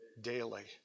Daily